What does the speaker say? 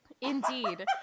Indeed